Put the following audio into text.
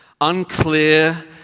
unclear